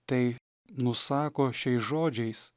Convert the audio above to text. tai nusako šiais žodžiais